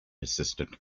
assistant